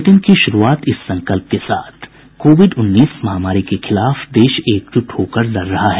bulletin की शुरूआत इस संकल्प के साथ कोविड उन्नीस महामारी के खिलाफ देश एकजुट होकर लड़ रहा है